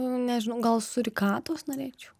nežinau gal surikatos norėčiau